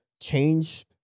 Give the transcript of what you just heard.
change